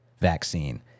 vaccine